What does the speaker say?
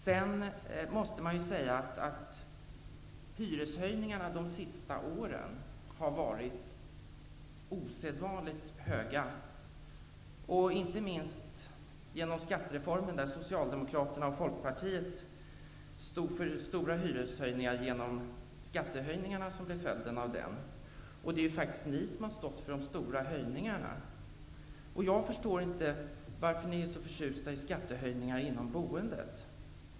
Sedan måste man säga att hyreshöjningarna de senaste åren har varit osedvanligt stora. Det beror inte minst på skattereformen, där Socialdemokraterna och Folkpartiet stod för stora hyreshöjningar genom de skattehöjningar som blev följden. Det är faktiskt ni socialdemokrater som har stått för de stora höjningarna. Jag förstår inte varför ni är så förtjusta i skattehöjningar inom boendet.